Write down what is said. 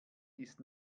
ist